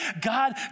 God